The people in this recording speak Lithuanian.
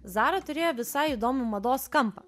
zara turėjo visai įdomų mados kampą